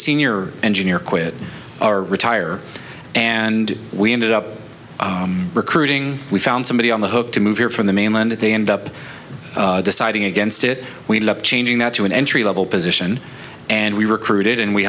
senior engineer quit our retire and we ended up recruiting we found somebody on the hook to move here from the mainland and they ended up deciding against it we love changing that to an entry level position and we recruited and we